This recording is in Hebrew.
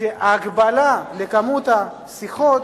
שההגבלה לכמות השיחות